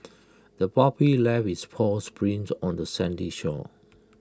the puppy left its paw's prints on the sandy shore